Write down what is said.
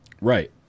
Right